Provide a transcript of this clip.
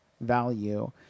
value